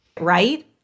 right